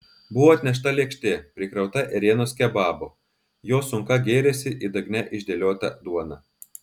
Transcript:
buvo atnešta lėkštė prikrauta ėrienos kebabo jo sunka gėrėsi į dugne išdėliotą duoną